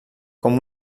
com